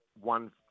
one